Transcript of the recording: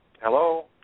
Hello